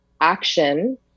action